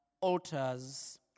altars